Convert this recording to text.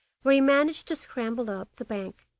where he managed to scramble up the bank,